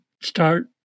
start